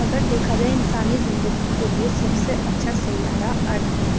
اگر دیکھا جائے انسانی زندگی کے لیے سب سے اچھا سیارہ ارتھ ہے